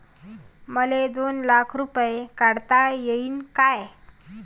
मले दोन लाख रूपे काढता येईन काय?